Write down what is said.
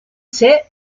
ser